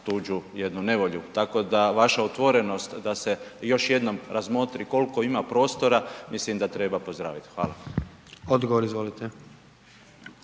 tuđu jednu nevolju. Tako da vaša otvorenost da se još jednom razmotri koliko ima prostora, mislim da treba pozdraviti. Hvala. **Jandroković,